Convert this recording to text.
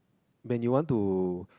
when you want to